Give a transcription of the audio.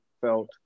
felt